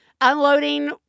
unloading